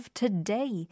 today